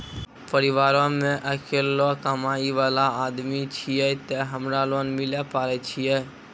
परिवारों मे अकेलो कमाई वाला आदमी छियै ते हमरा लोन मिले पारे छियै?